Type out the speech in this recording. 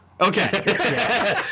Okay